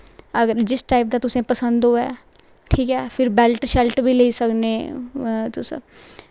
अगर जिस टाईप दा तुसें पसंद होऐ ठीक ऐ फिर बैल्ट सैल्ट बी लेई सकने तुस